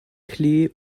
klee